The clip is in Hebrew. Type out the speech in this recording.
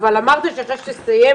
אבל בוא נגיד שהמציאות --- המציאות,